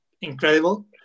incredible